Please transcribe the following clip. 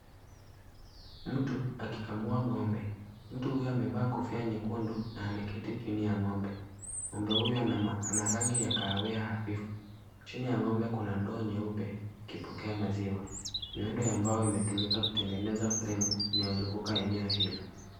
Mtu akikamua ng'ombe. Mtu huyo amevaa kofia nyekundu na ameketi chini ya ng'ombe. Ng'ombe huyo ana rangi ya kahawia hafifu. Chini ya ng'ombe kuna ndoo nyeupe ikipokea maziwa. Miundo ya mbao imetumika kutengeneza fremu inayozunguka eneo hilo.